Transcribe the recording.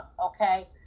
okay